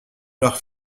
leurs